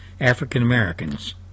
African-Americans